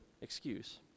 excuse